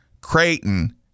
Creighton